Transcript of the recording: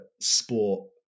sport